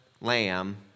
lamb